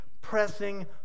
pressing